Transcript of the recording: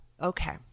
okay